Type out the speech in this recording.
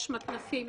יש מתנ"סים,